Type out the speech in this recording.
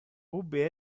ubi